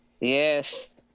yes